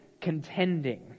contending